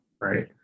right